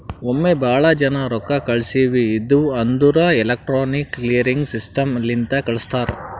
ಒಮ್ಮೆ ಭಾಳ ಜನಾ ರೊಕ್ಕಾ ಕಳ್ಸವ್ ಇದ್ಧಿವ್ ಅಂದುರ್ ಎಲೆಕ್ಟ್ರಾನಿಕ್ ಕ್ಲಿಯರಿಂಗ್ ಸಿಸ್ಟಮ್ ಲಿಂತೆ ಕಳುಸ್ತಾರ್